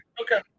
Okay